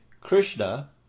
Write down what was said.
Krishna